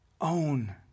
Own